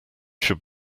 should